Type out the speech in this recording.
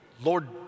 Lord